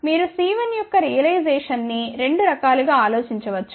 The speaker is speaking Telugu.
మీరుC1యొక్క రియలైజేషన్ని రెండు రకాలుగా ఆలోచించవచ్చు